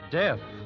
death